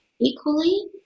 Equally